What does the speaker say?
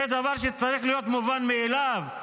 זה דבר שצריך להיות מובן מאליו.